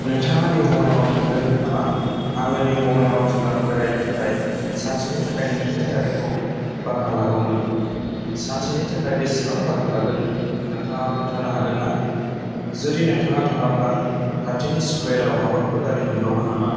नोंथाङा निउ बङाइगाव थांगोन नामा आङो निउ बङाइगाव जिल्लाखौ बेरायनो थाखाय सानसेनि थाखाय नोंथांनि गारिखौ भारा लागौमोन सानसेनि थाखाय बेसेबां भारा लागोन नोंथाङा खिन्थानो हागोन ना जुदि नोंथाङा थाङाब्ला खाथिनि स्कुयेराव माबाफोर गारि मोनबावगोन नामा